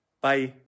Bye